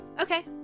Okay